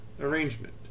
arrangement